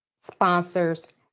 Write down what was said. sponsors